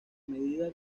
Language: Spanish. medida